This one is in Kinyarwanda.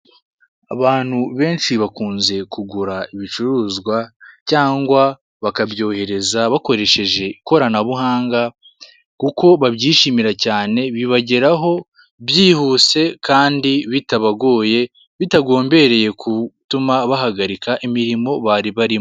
Abantu benshi bakunze kugura ibicuruzwa, cyangwa bakabyohereza bakoresheje ikoranabuhanga kuko babyishimira cyane, bibageraho byihuse kandi bitabagoye bitagombereye ku gutuma bahagarika imirimo bari barimo.